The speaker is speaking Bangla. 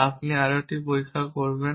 আপনি আরও একটি পরীক্ষা করবেন